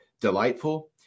delightful